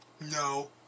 No